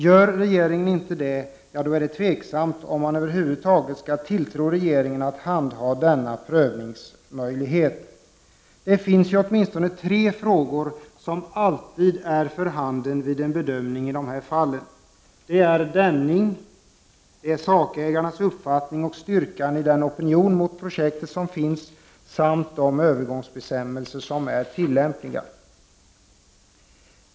Gör regeringen inte det, då är det osäkert om man över huvud taget skall tilltro regeringen att handha denna prövningsmöjlighet. Det finns ju åtminstone tre frågor som alltid är för handen vid en bedömningi dessa fall. Det är dämning, sakägares uppfattning och styrkan i opinionen mot projektet samt de övergångsbestämmelser som är tillämpliga.